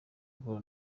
guhura